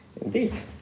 Indeed